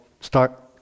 start